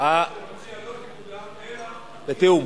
שההצעה של המציע לא תקודם אלא, בתיאום.